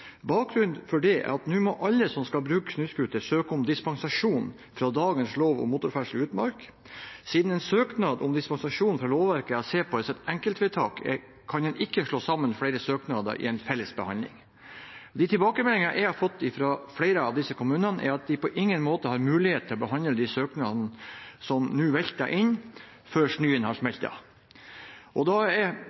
Bakgrunnen for det er at nå må alle som skal bruke snøscooter, søke om dispensasjon fra dagens lov om motorferdsel i utmark. Siden en søknad om dispensasjon fra lovverket er å se på som et enkeltvedtak, kan en ikke slå sammen flere søknader i en felles behandling. Tilbakemeldingene jeg har fått fra flere av disse kommunene, er at de på ingen måte har mulighet til å behandle de søknadene som nå velter inn, før snøen har smeltet. Da